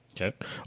Okay